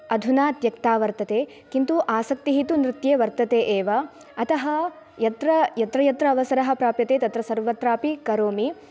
अधुना त्यक्ता वर्तते किन्तु आसक्तिः तु नृत्ये वर्तते एव अतः यत्र यत्र यत्र अवसरः प्राप्यते तत्र सर्वत्रापि करोमि